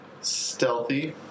Stealthy